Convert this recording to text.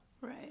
Right